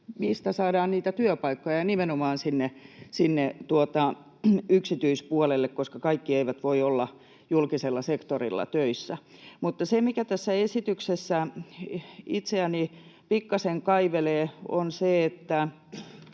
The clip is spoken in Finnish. mistä saadaan niitä työpaikkoja ja nimenomaan sinne yksityispuolelle, koska kaikki eivät voi olla julkisella sektorilla töissä. Mutta se, mikä tässä esityksessä itseäni pikkasen kaivelee, on se, että